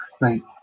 Right